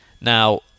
Now